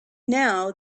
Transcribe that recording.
now